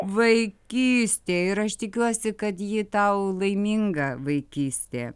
vaikystė ir aš tikiuosi kad ji tau laiminga vaikystė